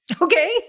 Okay